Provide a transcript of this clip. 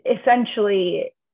essentially